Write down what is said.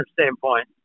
standpoint